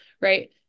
Right